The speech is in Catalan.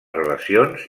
relacions